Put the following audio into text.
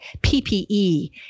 PPE